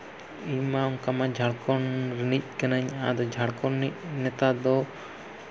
ᱤᱧᱢᱟ ᱚᱱᱠᱟ ᱢᱟ ᱡᱷᱟᱲᱠᱷᱚᱸᱰ ᱨᱮᱱᱤᱡ ᱠᱟᱹᱱᱟᱹᱧ ᱟᱫᱚ ᱡᱷᱟᱲᱠᱷᱚᱸᱰ ᱨᱮᱱᱤᱡ ᱱᱮᱛᱟ ᱫᱚ